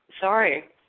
Sorry